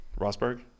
rosberg